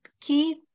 key